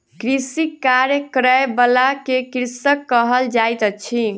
कृषिक कार्य करय बला के कृषक कहल जाइत अछि